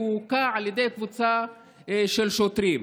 הוא הוכה על ידי קבוצה של שוטרים,